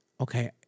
okay